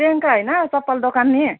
प्रियङ्का होइन चप्पल दोकानेनी